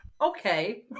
Okay